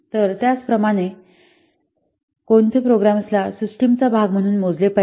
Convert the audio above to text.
तर त्याचप्रकारे कोणते प्रोग्राम्सला सिस्टमचा भाग म्हणून मोजले पाहिजे